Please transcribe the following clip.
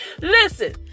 Listen